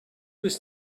was